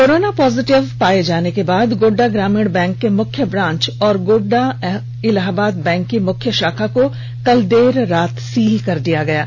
corona positive पाए जाने के बाद गोड्डा ग्रामीण बैंक के मुख्य ब्रांच और गोड्डा इलाहाबाद बैंक की मुख्य शाखा को कल देर रात सील कर दिया गया है